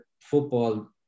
football